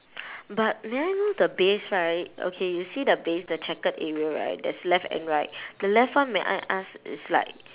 but may I know the base right okay you see the base the checkered area right there's left and right the left one may I ask is like